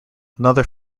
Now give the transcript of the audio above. another